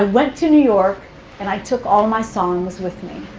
ah went to new york and i took all my songs with me.